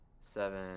seven